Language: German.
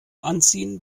anziehen